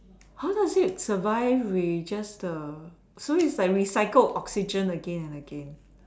how does it survive with just uh so it's like recycled oxygen again and again